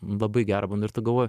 labai gera būna ir tu galvoji